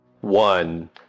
one